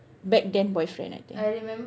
back then boyfriend I think